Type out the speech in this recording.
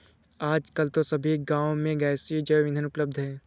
आजकल तो सभी गांव में गैसीय जैव ईंधन उपलब्ध है